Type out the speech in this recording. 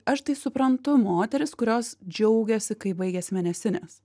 aš tai suprantu moteris kurios džiaugiasi kai baigiasi mėnesinės